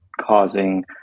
causing